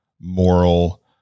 moral